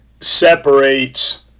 separates